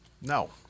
No